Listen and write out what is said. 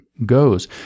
goes